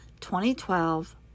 2012